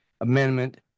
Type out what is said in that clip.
Amendment